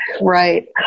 right